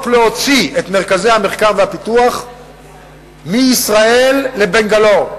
להוציא את מרכזי המחקר והפיתוח מישראל לבנגלור.